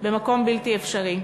במקום בלתי אפשרי.